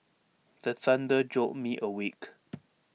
the thunder jolt me awake